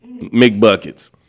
McBuckets